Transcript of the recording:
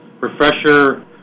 Refresher